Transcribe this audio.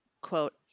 quote